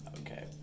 okay